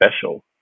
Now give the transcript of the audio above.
special